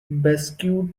basque